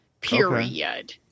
period